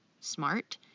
smart